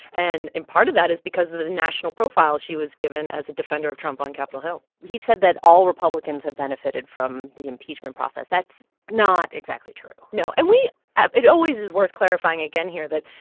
and and part of that is because of the national profile she was given as a defender of trump on capitol hill he said that all republicans have benefited from the impeachment process. that's not exactly true no. and we it always is worth clarifying again here that,